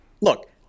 look